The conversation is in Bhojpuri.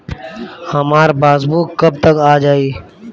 हमार पासबूक कब तक आ जाई?